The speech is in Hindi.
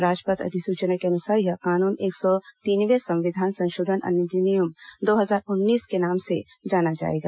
राजपत्र अधिसुचना के अनुसार यह कानून एक सौ तीनवें संविधान संशोधन अधिनियम दो हजार उन्नीस के नाम से जाना जाएगा